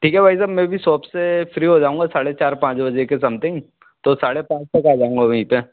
ठीक हे भाई साहब मैं भी सोप से फ्री हो जाऊँगा साढ़े चार पाँच बजे के समथिंग तो साढ़े पाँच तक आ जाऊँगा वहीं पर